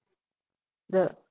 the